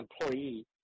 employee